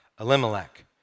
Elimelech